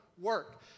work